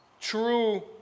true